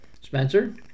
Spencer